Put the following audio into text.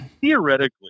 theoretically